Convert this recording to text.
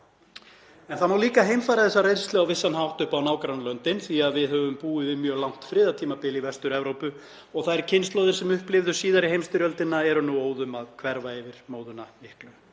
En það má líka heimfæra þessa reynslu á vissan hátt upp á nágrannalöndin því að við höfum búið við mjög langt friðartímabil í Vestur-Evrópu og þær kynslóðir sem upplifðu síðari heimsstyrjöldina eru nú óðum að hverfa yfir móðuna miklu.